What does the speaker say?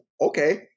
Okay